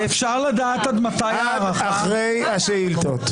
לא נתתם את הדעת על פספוס של שלוש הצבעות.